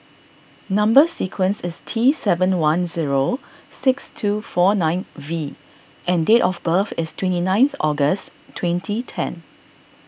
Number Sequence is T seven one zero six two four nine V and date of birth is twenty nine August twenty ten